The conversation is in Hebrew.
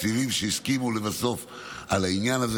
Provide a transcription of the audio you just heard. התקציבים שהסכימו לבסוף על העניין הזה,